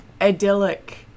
idyllic